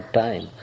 time